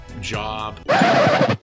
job